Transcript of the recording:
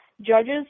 judges